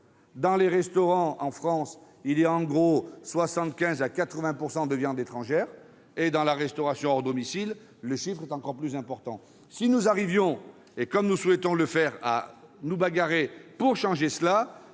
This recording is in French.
Dans les restaurants, en France, il y a en gros 75 % à 80 % de viande étrangère ; dans la restauration hors domicile, ce chiffre est encore plus important. Si, en nous bagarrant, comme nous souhaitons le faire, nous arrivons à changer cela,